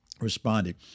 responded